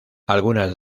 algunas